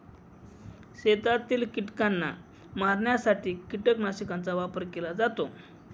शेतातील कीटकांना मारण्यासाठी कीटकनाशकांचा वापर केला जातो